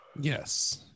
Yes